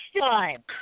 time